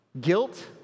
Guilt